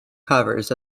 covers